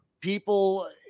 people